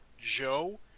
joe